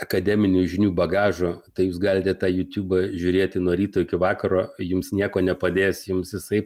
akademinių žinių bagažo tai jūs galite tą jutubą žiūrėti nuo ryto iki vakaro jums nieko nepadės jums jisai